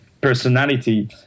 personality